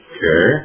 Okay